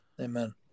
amen